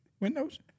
windows